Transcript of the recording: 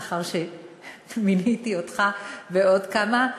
לאחר שמיניתי אותך ועוד כמה: